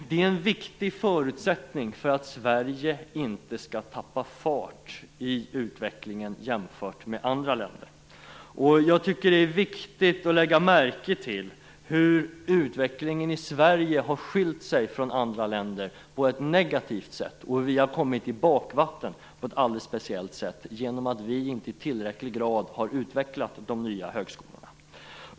Det är en viktig förutsättning för att Sverige inte skall tappa fart i utvecklingen jämfört med andra länder. Jag tycker att det är viktigt att lägga märke till hur utvecklingen i Sverige på ett negativt sätt har skiljt sig från andra länders och hur vi har hamnat i bakvatten på ett alldeles speciellt sätt genom att vi inte i tillräckligt hög grad har utvecklat de nya högskolorna.